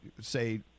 say